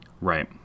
Right